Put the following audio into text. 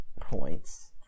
points